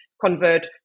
convert